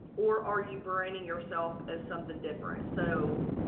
or are you branding yourself as something different? so,